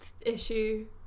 issue